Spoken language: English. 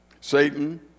Satan